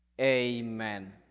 Amen